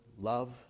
love